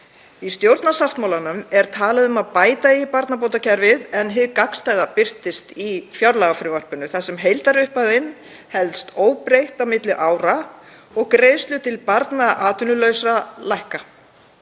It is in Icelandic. Í stjórnarsáttmálanum er talað um að bæta eigi barnabótakerfið, en hið gagnstæða birtist í fjárlagafrumvarpinu þar sem heildarupphæðin helst óbreytt á milli ára og greiðslur til atvinnulausra vegna